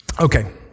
Okay